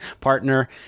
partner